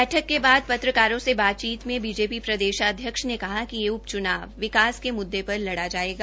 बैठक के बाद पत्रकारों से बातचीत में बीजेपी प्रदेशाध्यक्ष ने कहा कि यह उपच्नाव विकास के मुददे पर लड़ा जाएगा